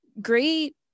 great